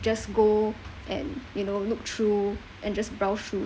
just go and you know look through and just browse through